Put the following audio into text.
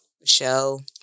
Michelle